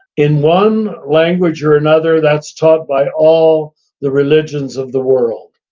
in one language or another, that's taught by all the religions of the world.